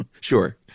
Sure